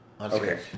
Okay